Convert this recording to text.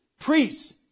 priest's